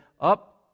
up